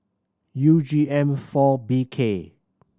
U G M four B K